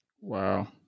Wow